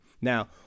Now